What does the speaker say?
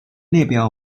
列表